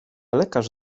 lekarz